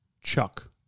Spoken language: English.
Chuck